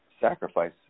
sacrifice